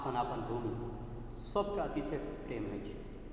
अपन अपन भूमि सबके अतिशय प्रेम होइ छै